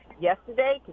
yesterday